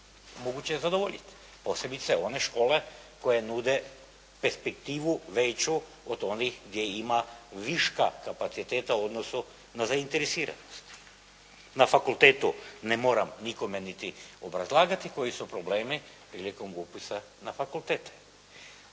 moguće zadovoljiti posebice one škole koje nude perspektivu veću od onih gdje ima viška kapaciteta u odnosu na zainteresiranost. Na fakultetu ne moram nikome niti obrazlagati koji su problemi prilikom upisa na fakultete.